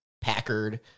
Packard